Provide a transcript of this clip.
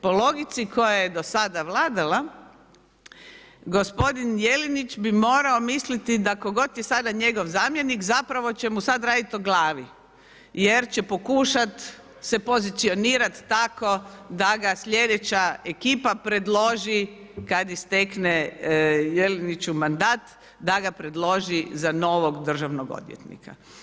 Po logici koja je do sada vladala, gospodin Jelinić bi morao misliti, da tko god je sada njegov zamjenik, zapravo će mu sad raditi o glavi jer će pokušati se pozicionirati tako da ga slijedeća ekipa predloži kad istekne Jeliniću mandat, da ga predloži za novog državnog odvjetnika.